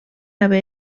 haver